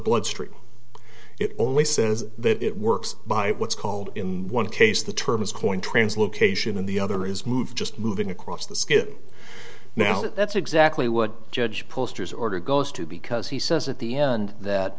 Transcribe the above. bloodstream it only says that it works by what's called in one case the term is coined translocation and the other is move just moving across the skin now that's exactly what judge posters order goes to because he says at the end that